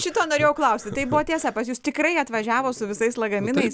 šito norėjau klausti tai buvo tiesa pas jus tikrai atvažiavo su visais lagaminais